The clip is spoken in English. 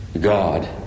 God